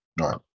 Right